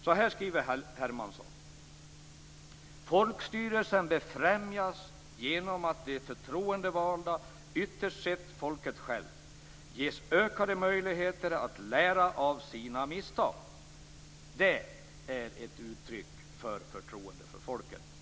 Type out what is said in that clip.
Så här skriver Hermansson: Folkstyrelsen befrämjas genom att de förtroendevalda, ytterst sett folket självt, ges ökade möjligheter att lära av sina misstag. Det, vill jag säga, är ett uttryck för förtroende för folket.